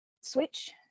switch